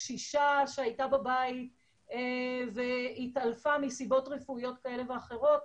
קשישה שהייתה בבית והתעלפה מסיבות רפואיות כאלה ואחרות,